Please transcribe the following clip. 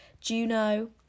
Juno